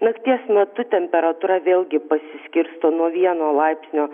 nakties metu temperatūra vėlgi pasiskirsto nuo vieno laipsnio